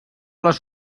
les